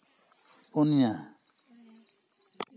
ᱯᱩᱱᱭᱟ